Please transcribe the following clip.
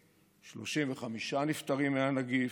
קפריסין, 35 נפטרים מהנגיף,